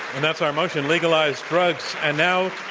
and that's our motion, legalize drugs. and now,